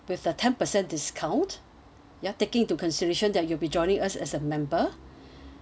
with a ten percent discount ya taking into consideration that you'll be joining us as a member